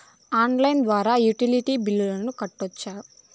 Online ద్వారా utility బిల్లులను కట్టొచ్చా?